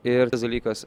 ir tas dalykas